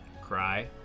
Cry